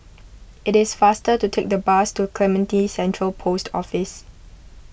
it is faster to take the bus to Clementi Central Post Office